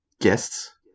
guests